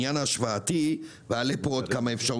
אני תיכף אתייחס לעניין ההשוואתי ואעלה פה כמה אפשרויות,